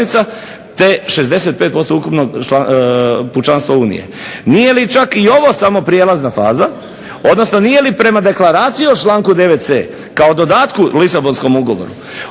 te 65% ukupnog pučanstva Unije. Nije li čak i ovo samo prijelazna faza, odnosno nije li prema Deklaraciji o članku 9.c kao dodatku Lisabonskom ugovoru